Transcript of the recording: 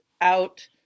out